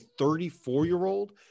34-year-old